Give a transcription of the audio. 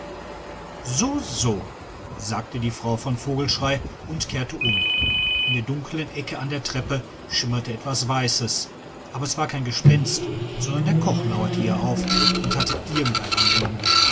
so so sagte die frau von vogelschrey und kehrte um in der dunklen ecke an der treppe schimmerte etwas weißes aber es war kein gespenst sondern der koch lauerte ihr auf und hatte irgendein anliegen